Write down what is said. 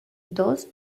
dos